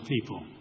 people